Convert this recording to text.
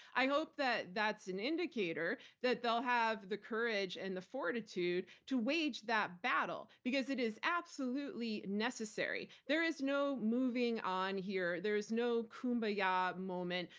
i hope that that's an indicator that they'll have the courage and the fortitude to wage that battle because it is absolutely necessary. there is no moving on here. there is no kumbaya ah moment.